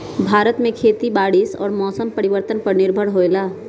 भारत में खेती बारिश और मौसम परिवर्तन पर निर्भर होयला